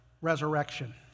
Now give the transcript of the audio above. resurrection